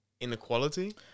inequality